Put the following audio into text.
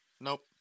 Nope